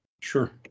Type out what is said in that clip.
Sure